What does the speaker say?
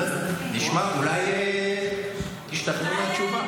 אולי תשתכנעו מהתשובה.